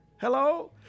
Hello